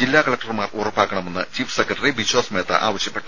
ജില്ലാ കലക്ടർമാർ ഉറപ്പാക്കണമെന്ന് ചീഫ് സെക്രട്ടറി ബിശ്വാസ് മേത്ത ആവശ്യപ്പെട്ടു